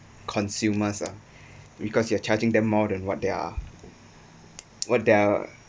consumers ah because you are charging them more than what they're what they're